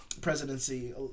presidency